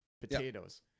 potatoes